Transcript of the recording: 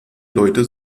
leute